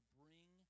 bring